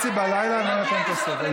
לא, ב-02:30 אני לא אתן שום תוספת.